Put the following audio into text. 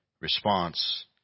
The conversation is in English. response